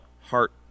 heart